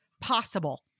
possible